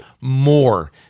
more